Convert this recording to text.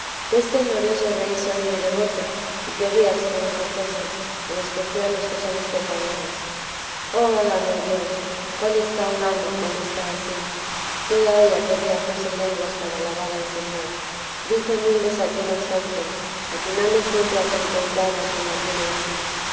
de dios deste glorioso rey soy muy devota y querría todos lo fuesen en especial los que somos pecadores oh válame dios cuál está un alma cuando está ansí toda ella querría fuese lenguas para alabar al señor dice mil desatinos santos atinando siempre a contentar a quien la tiene ansí